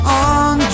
on